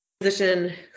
position